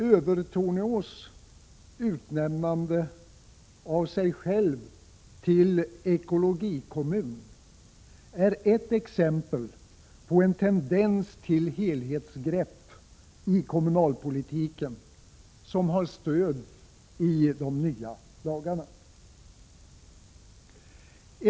Övertorneås utnämnande av sig själv till ekologikommun är ett exempel på en tendens till helhetsgrepp i kommunalpolitiken som har stöd i de nya lagarna.